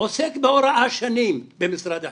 עוסק בהוראה שנים במשרד החינוך,